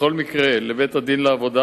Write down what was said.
בכל מקרה לבית-הדין לעבודה,